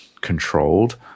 controlled